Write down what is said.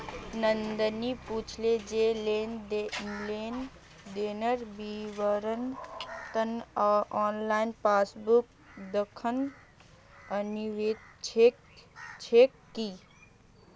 नंदनी पूछले जे लेन देनेर विवरनेर त न ऑनलाइन पासबुक दखना अनिवार्य छेक की